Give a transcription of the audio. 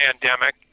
pandemic